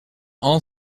all